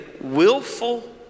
willful